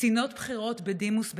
קצינות בכירות בדימוס בצה"ל,